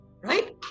right